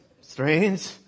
strange